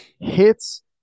hits